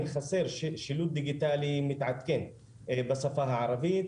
חסר שילוט דיגיטלי מתעדכן בשפה הערבית.